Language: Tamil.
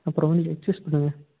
அப்புறோம் வந்து எக்ஸ்ஸசைஸ் பண்ணுங்கள்